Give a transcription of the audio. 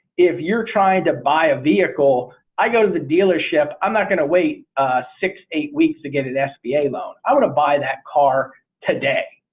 if you're trying to buy a vehicle i go to the dealership. i'm not going to wait six, eight weeks to get an sba loan. i want to buy that car today.